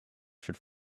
should